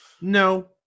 No